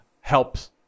helps